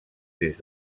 des